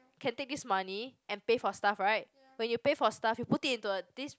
can take this money and pay for stuff right when you pay for stuff you put it into a this